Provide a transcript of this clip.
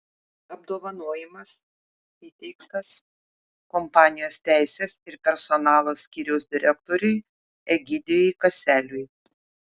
apdovanojimas įteiktas kompanijos teisės ir personalo skyriaus direktoriui egidijui kaseliui